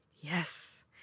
Yes